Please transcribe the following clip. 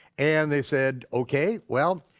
and they said okay, well,